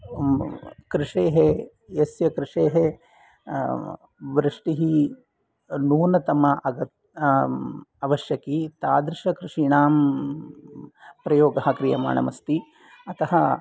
कृषेः यस्य कृषेः वृष्टिः नूनतमा आवश्यकी तादृशकृषीणां प्रयोगः क्रियमाणमस्ति अतः